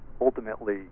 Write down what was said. ultimately